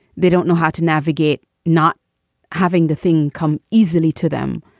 they don't know how to navigate, not having the thing come easily to them.